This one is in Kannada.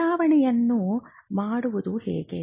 ಬದಲಾವಣೆಗಳನ್ನು ಮಾಡುವುದು ಹೇಗೆ